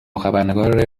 خبرنگار